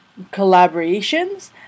collaborations